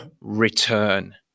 return